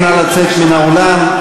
נא לצאת מן האולם.